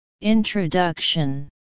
Introduction